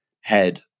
head